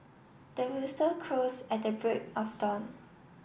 the rooster crows at the break of dawn